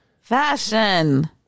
Fashion